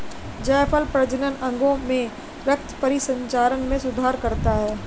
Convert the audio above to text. जायफल प्रजनन अंगों में रक्त परिसंचरण में सुधार करता है